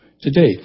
today